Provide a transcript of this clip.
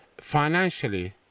financially